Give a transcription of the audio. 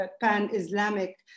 pan-islamic